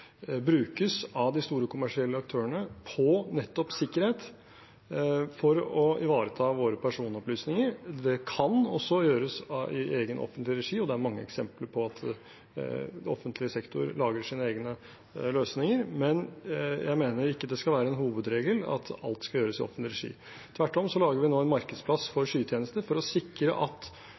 brukes av de store kommersielle aktørene på nettopp sikkerhet, for å ivareta våre personopplysninger. Det kan også gjøres i egen, offentlig regi, og det er mange eksempler på at offentlig sektor lager sine egne løsninger, men jeg mener det ikke skal være en hovedregel at alt skal gjøres i offentlig regi. Tvert om lager vi nå en markedsplass for skytjenester for å sikre at